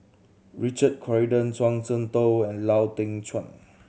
Richard Corridon Zhuang Shengtao and Lau Teng Chuan